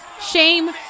shame